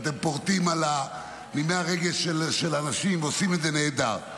ואתם פורטים על נימי הרגש של אנשים ועושים את זה נהדר.